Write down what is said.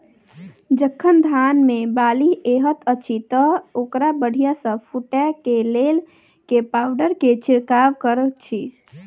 जखन धान मे बाली हएत अछि तऽ ओकरा बढ़िया सँ फूटै केँ लेल केँ पावडर केँ छिरकाव करऽ छी?